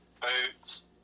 Boots